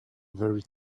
very